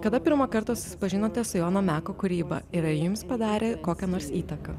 kada pirmą kartą susipažinote su jono meko kūryba ir ar jums padarė kokią nors įtaką